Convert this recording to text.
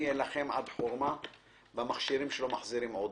אני אלחם עד חורמה במכשירים שלא מחזירים עודף.